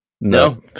No